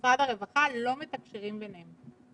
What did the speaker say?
ומשרד הרווחה לא מתקשרים ביניהם.